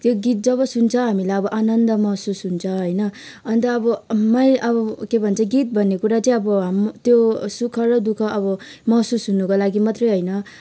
त्यो गीत जब सुन्छौँ हामीलाई अब आनन्द महसुस हुन्छ होइन अन्त अब मलाई अब के भन्छ गीत भन्ने कुरा चाहिँ अब हामी त्यो सुख र दुःख अब महसुस हुनको लागि मात्रै होइन